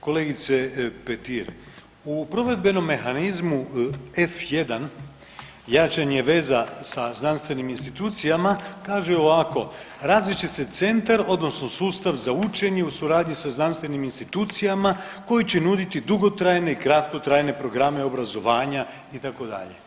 Kolegice Petir, u provedbenom mehanizmu F1 jačanje veza sa znanstvenim institucijama kaže ovako, razvit će se centar odnosno sustav za učenje u suradnji sa znanstvenim institucijama koji će nuditi dugotrajne i kratkotrajne programe obrazovanja itd.